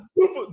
super